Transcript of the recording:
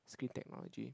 screen technology